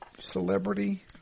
celebrity